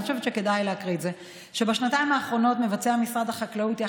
אני חושבת שכדאי להקריא את זה: בשנתיים האחרונות מבצע משרד החקלאות,